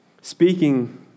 speaking